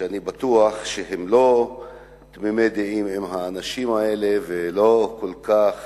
שאני בטוח שהם לא תמימי דעים עם האנשים האלה ולא כל כך